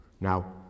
Now